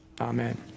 amen